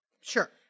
Sure